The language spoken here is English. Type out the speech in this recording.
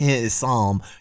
Psalm